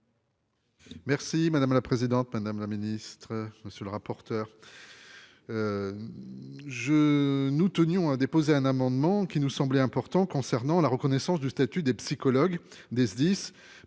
Merci madame la présidente, madame la ministre. Monsieur le rapporteur. Je nous tenions à déposer un amendement qui nous semblait important concernant la reconnaissance du statut des psychologues des SDIS